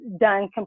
done